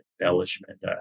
embellishment